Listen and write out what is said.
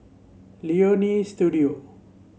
Leonie Studio